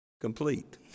complete